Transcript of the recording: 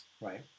right